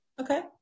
Okay